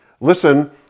listen